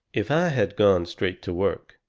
if i had gone straight to work,